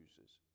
uses